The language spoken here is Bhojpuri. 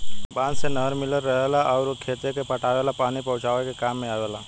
बांध से नहर मिलल रहेला अउर उ खेते के पटावे ला पानी पहुचावे के काम में आवेला